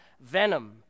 Venom